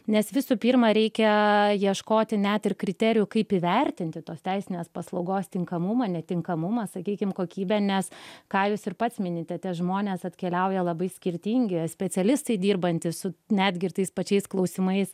nes visų pirma reikia ieškoti net ir kriterijų kaip įvertinti tos teisinės paslaugos tinkamumą netinkamumą sakykime kokybę nes ką jūs ir pats minite tie žmonės atkeliauja labai skirtingi specialistai dirbantys su netgi ir tais pačiais klausimais